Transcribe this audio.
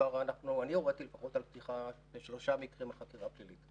אני לפחות הוריתי על פתיחה של שלושה מקרים בחקירה פלילית.